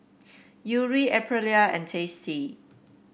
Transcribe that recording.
Yuri Aprilia and Tasty